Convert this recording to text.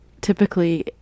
typically